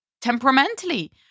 temperamentally